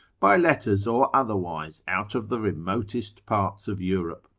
by letters or otherwise out of the remotest parts of europe.